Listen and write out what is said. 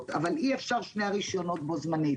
אבל אי אפשר שני רישיונות בו זמנית.